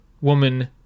woman